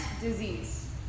disease